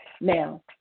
Now